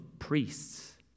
priests